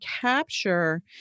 capture